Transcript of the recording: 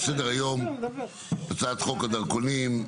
על סדר היום הצעת חוק הדרכונים,